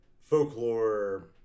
folklore